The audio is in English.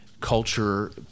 culture